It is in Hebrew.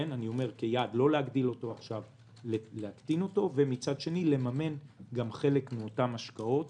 לא להגדיל אותו אלא להקטין אותו ומצד שני לממן גם חלק מאותן השקעות.